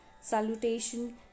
salutation